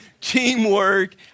teamwork